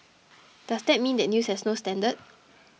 does that mean that news has no standard